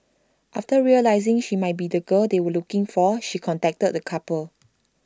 after realising she might be the girl they were looking for she contacted the couple